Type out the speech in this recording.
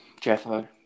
Jeffo